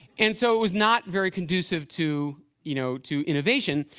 and so it was not very conducive to you know to innovation.